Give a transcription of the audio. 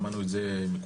שמענו את זה מכולם,